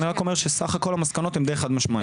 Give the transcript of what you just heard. אני רק אומר שסך הכל המסקנות הן די חד משמעיות.